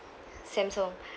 samsung